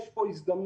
יש פה הזדמנות.